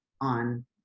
on